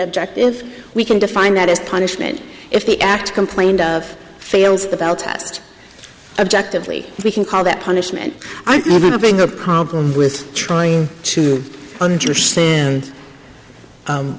object if we can define that as punishment if the act complained of fails the bell test objectively we can call that punishment i'm having a problem with trying to understand